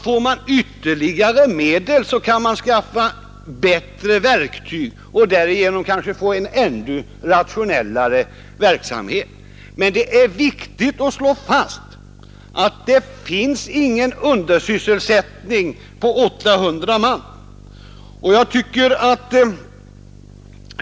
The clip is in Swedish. Får man ytterligare medel kan man naturligtvis skaffa bättre verktyg och därigenom kanske få en ännu rationellare verksamhet, men det är viktigt att slå fast att det inte finns någon undersysselsättning på 800 man.